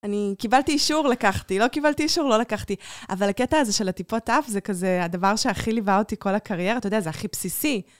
אני קיבלתי אישור, לקחתי. לא קיבלתי אישור, לא לקחתי. אבל הקטע הזה של הטיפות אף, זה כזה הדבר שהכי ליווה אותי כל הקריירה. אתה יודע, זה הכי בסיסי.